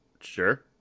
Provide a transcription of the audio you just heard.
Sure